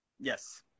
yes